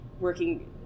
working